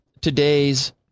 today's